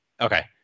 okay